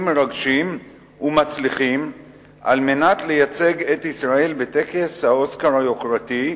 מרגשים ומצליחים על מנת לייצג את ישראל בטקס האוסקר היוקרתי,